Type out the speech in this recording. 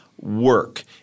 work